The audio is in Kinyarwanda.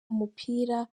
umupira